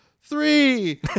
three